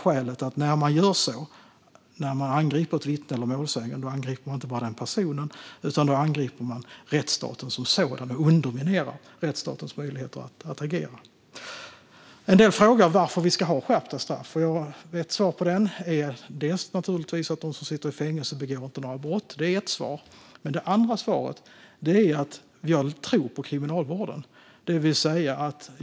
Skälet är enkelt: När man angriper ett vittne eller en målsägande angriper man inte bara den personen utan också rättsstaten som sådan, och man underminerar rättsstatens möjligheter att agera. En del frågar varför vi ska ha skärpta straff. Ett svar är naturligtvis att de som sitter i fängelse inte begår några brott. Det är ett svar. Det andra svaret är att jag tror på kriminalvården.